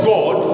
God